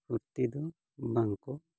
ᱯᱷᱩᱨᱛᱤ ᱫᱚ ᱵᱟᱝᱠᱚ